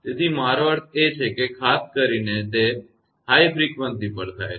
તેથી મારો અર્થ એ છે કે ખાસ કરીને તે હાઇ ફ્રિકવંસીસ પર થાય છે